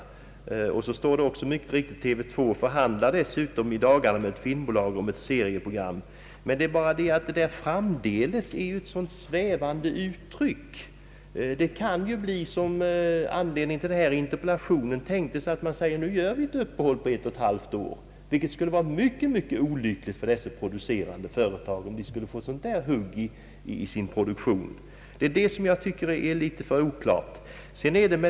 Dessutom står det i pressmeddelandet att TV 2 i dagarna förhandlar med ett filmbolag om ett serieprogram. >Framdeles» är emellertid ett svävande uttryck. Det kan bli på det sätt som gav anledning till interpellationen, nämligen att man säger att vi gör ett uppehåll på ett och ett halvt år. Det skulle vara mycket olyckligt för dessa pro ducerande företag om de skulle få ett sådant »hugg» i sin produktion. Detta tycker jag är litet oklart.